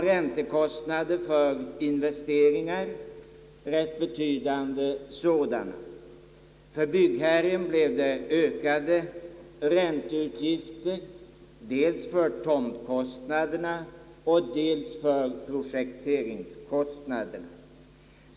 Räntekostnaderna för investeringarna blev rätt betydande. För byggherren medförde uppehållet ökade ränteutgifter, dels för tomtkostnaderna och dels för projekteringskostnaderna.